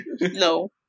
No